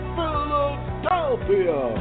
Philadelphia